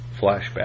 flashback